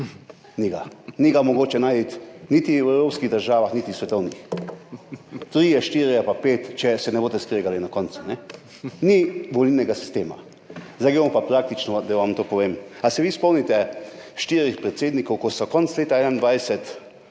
ni ga, ni ga mogoče najti niti v evropskih državah, niti v svetovnih. Trije, štirje ali pa pet, če se ne boste skregali na koncu. Ni volilnega sistema. Zdaj gremo pa praktično, da vam to povem. Ali se vi spomnite štirih predsednikov, ki so konec leta 2021,